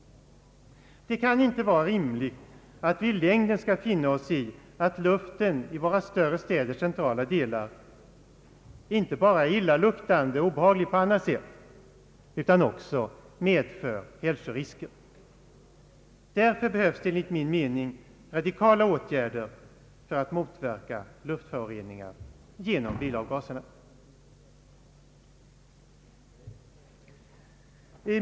Det kan inte vara rimligt att vi i längden skall finna oss i att luften i våra större städers centrala delar inte bara är illaluktande och obehaglig på annat sätt utan också medför hälsorisker. Därför behövs det enligt min mening radikala åtgärder för att motverka luftföroreningar genom bilavgaserna.